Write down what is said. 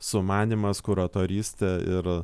sumanymas kuratorystė ir